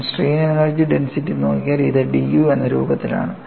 ഞാൻ strain energy density നോക്കിയാൽ അത് dU എന്ന രൂപത്തിലാണ്